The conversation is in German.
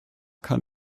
kann